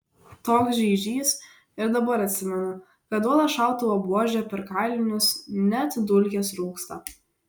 toks žeižys ir dabar atsimenu kad duoda šautuvo buože per kailinius net dulkės rūksta